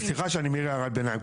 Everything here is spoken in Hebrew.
סליחה שאני מעיר הערת ביניים,